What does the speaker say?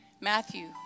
matthew